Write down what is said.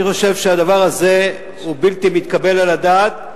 אני חושב שהדבר הזה הוא בלתי מתקבל על הדעת,